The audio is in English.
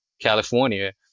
California